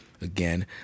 Again